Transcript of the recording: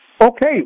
Okay